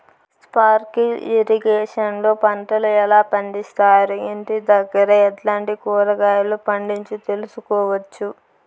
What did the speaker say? Sprinkle irrigation లో పంటలు ఎలా పండిస్తారు, ఇంటి దగ్గరే ఎట్లాంటి కూరగాయలు పండించు తెలుసుకోవచ్చు?